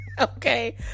Okay